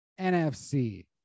nfc